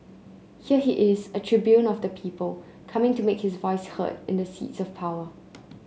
here he is a tribune of the people coming to make his voice heard in the seats of power